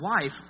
wife